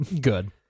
good